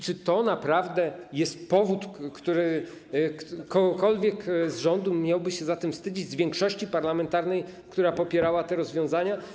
Czy to naprawdę jest powód, żeby ktokolwiek z rządu miał się za to wstydzić, z większości parlamentarnej, która popierała te rozwiązania?